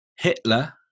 Hitler